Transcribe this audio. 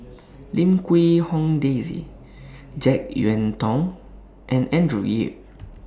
Lim Quee Hong Daisy Jek Yeun Thong and Andrew Yip